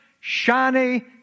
shiny